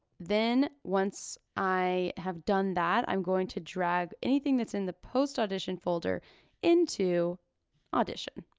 then once i have done that i'm going to drag anything that's in the post-audition folder into audition.